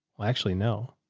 well, actually, no.